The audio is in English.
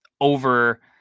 over